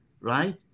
right